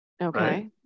Okay